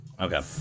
okay